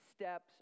steps